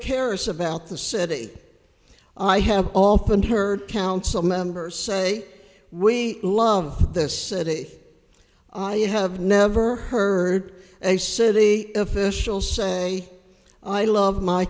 cares about the city i have often heard council members say we love this city i have never heard a city official say i love my